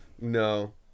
No